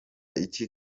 iki